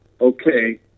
Okay